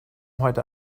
heute